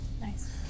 nice